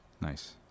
Nice